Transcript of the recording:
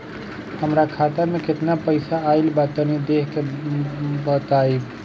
हमार खाता मे केतना पईसा आइल बा तनि देख के बतईब?